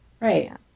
Right